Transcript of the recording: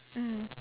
mm